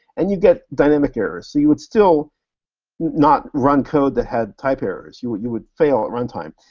and you'd get dynamic errors. so you would still not run code that had type errors. you but you would fail at runtime.